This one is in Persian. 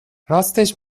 راستش